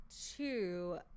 two